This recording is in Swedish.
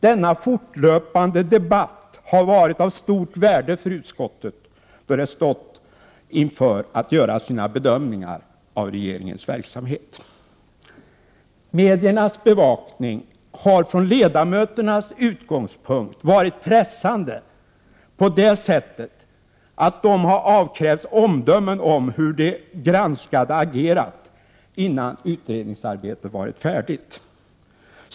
Denna fortlöpande debatt har varit av stort värde för utskottet, då det stått inför att göra sina bedömningar av regeringens verksamhet. Mediernas bevakning har från ledamöternas utgångspunkt varit pressande på det sättet att de avkrävts omdömen om hur de granskade agerat, innan utredningsarbetet varit färdigt.